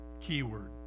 keyword